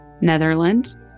Netherlands